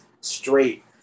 straight